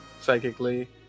psychically